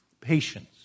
patience